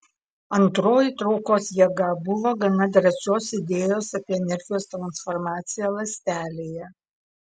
antroji traukos jėga buvo gana drąsios idėjos apie energijos transformaciją ląstelėje